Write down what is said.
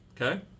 Okay